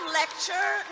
lecture